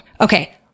Okay